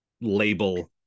label